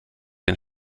den